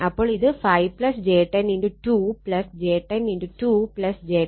അപ്പോൾ ഇത് 5 j 10 2 j 10 2 j 10